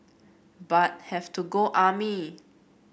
but have to go army